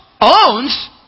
Owns